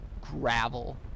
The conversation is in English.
gravel